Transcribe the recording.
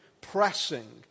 pressing